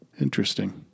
Interesting